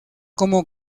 como